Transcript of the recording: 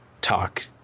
talk